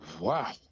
wow